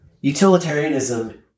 utilitarianism